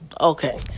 Okay